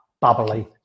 bubbly